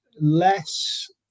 less